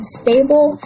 stable